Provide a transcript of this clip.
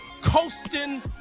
coasting